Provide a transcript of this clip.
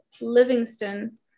Livingston